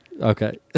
okay